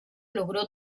logró